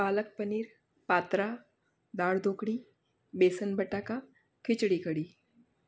પાલક પનીર પાતરા દાળ ઢોકળી બેસન બટાકા ખીચડી કઢી